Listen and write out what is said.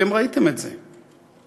אתם ראיתם את זה.